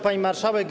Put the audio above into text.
Pani Marszałek!